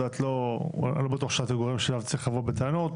שלחו אותך ולא בטוח שאת הגורם שאליו צריך לבוא בטענות,